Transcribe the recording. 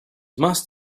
must